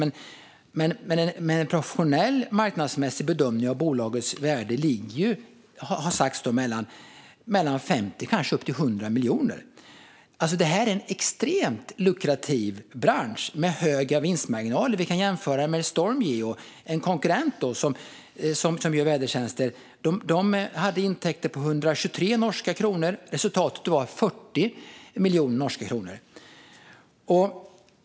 Men en professionell, marknadsmässig bedömning av bolagets värde har sagts ligga mellan 50 och kanske upp till 100 miljoner. Detta är en extremt lukrativ bransch med höga vinstmarginaler. Vi kan göra en jämförelse med Stormgeo, en konkurrent som gör vädertjänster. De hade intäkter på 123 miljoner norska kronor, och resultatet var 40 miljoner norska kronor.